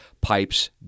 pipes